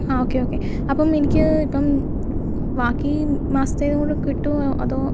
ആ okay okay അപ്പം എനിക്ക് ഇപ്പം ബാക്കി മാസത്തെ കൂടി കിട്ടുമോ അതോ